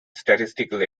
statistical